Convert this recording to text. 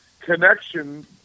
connection